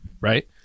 Right